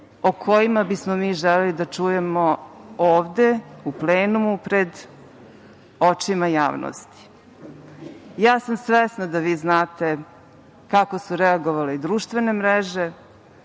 o kojima bi smo mi želeli da čujemo ovde u plenumu pred očima javnosti. Ja sam svesna da vi znate kako su reagovale društvene mreže,